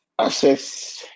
access